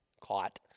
caught